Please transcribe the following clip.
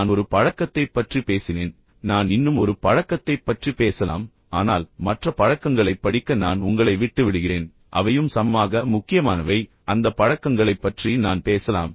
நான் ஒரு பழக்கத்தைப் பற்றி பேசினேன் நான் இன்னும் ஒரு பழக்கத்தைப் பற்றி பேசலாம் ஆனால் மற்ற பழக்கங்களைப் படிக்க நான் உங்களை விட்டு விடுகிறேன் அவையும் சமமாக முக்கியமானவை அந்த பழக்கங்களை பற்றி நான் பேசலாம்